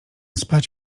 spać